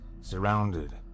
surrounded